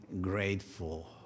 grateful